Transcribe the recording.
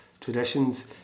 traditions